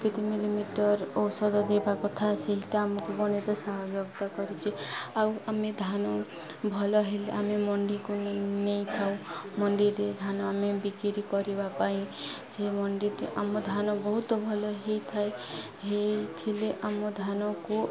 କେତେ ମିଲିମିଟର ଔଷଧ ଦେବା କଥା ସେଇଟା ଆମକୁ ଗଣିତେ ସାହାଯକ୍ତା କରିଛି ଆଉ ଆମେ ଧାନ ଭଲ ହେଲେ ଆମେ ମଣ୍ଡିକୁ ନେଇଥାଉ ମଣ୍ଡିରେ ଧାନ ଆମେ ବିକିରି କରିବା ପାଇଁ ସେ ମଣ୍ଡିଟି ଆମ ଧାନ ବହୁତ ଭଲ ହେଇଥାଏ ହେଇଥିଲେ ଆମ ଧାନକୁ